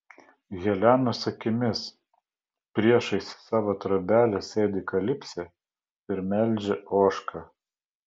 helenos akimis priešais savo trobelę sėdi kalipsė ir melžia ožką